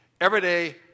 everyday